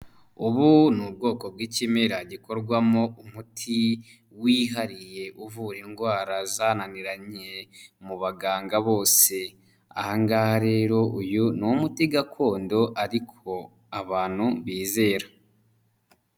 Ubu ni ubwoko bw'ikimera gikorwamo umuti wihariye uvura indwara zananiranye mu baganga bose ahangaha rero uyu ni umuti gakondo ariko abantu bizera.